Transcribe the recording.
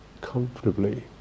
comfortably